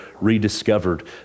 rediscovered